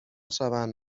شوند